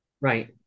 Right